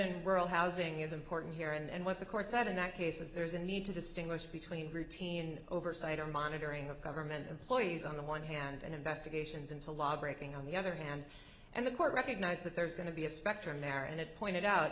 in rural housing is important here and what the court said in that case is there's a need to distinguish between routine oversight or monitoring of government employees on the one hand and investigations into law breaking on the other hand and the court recognize that there's going to be a spectrum there and it pointed out